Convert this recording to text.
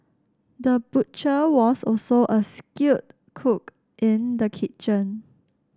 the butcher was also a skilled cook in the kitchen